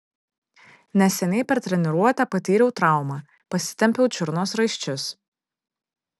neseniai per treniruotę patyriau traumą pasitempiau čiurnos raiščius